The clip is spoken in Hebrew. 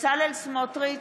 בצלאל סמוטריץ'